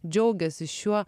džiaugiasi šiuo